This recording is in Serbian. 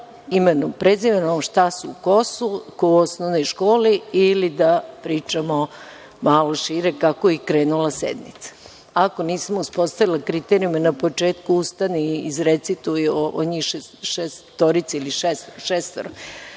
imenom i prezimenom, šta su i ko su, kao u osnovnoj školi ili da pričamo malo šire, kako je i krenula sednica. Ako nismo uspostavili kriterijume na početku, ustani i izrecituj o njima šestoro šta